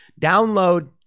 download